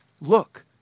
Look